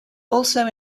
also